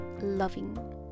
loving